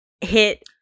hit –